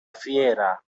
fiera